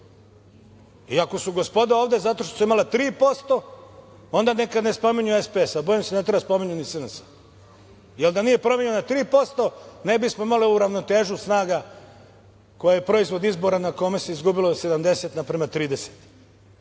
I ako su gospoda ovde zato što su imali 3%, onda neka ne spominju SPS, a bojim se da ne treba da spominju ni SNS, jer da nije promenjeno na 3%, ne bismo imali ovu ravnotežu snaga koji je proizvod izbora na kome se izgubilo 70 na prema